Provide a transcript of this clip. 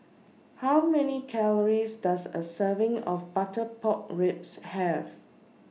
How Many Calories Does A Serving of Butter Pork Ribs Have